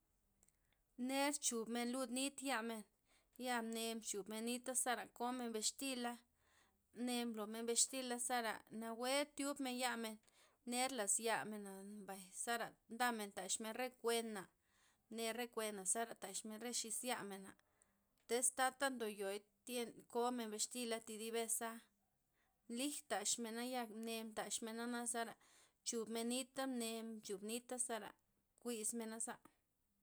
Ner chubmen lud nit yamen, ya' mnela nchub nita zera komen bixtila', mne blomen bixtila' zara nawue tyub men yamen, ner laz'yamena' mbay zera ndamen taxmen re kuen'na, mne re kuen'na zera taxmen xis yamena', tiz tata ndoyon ndyen- komen bixtila' thi veza', lij taxmena' ya mnela' mdaxmena zera chubmen nita' mne mchub nita zera kuyz menaza.